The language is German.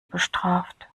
bestraft